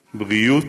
בריאות,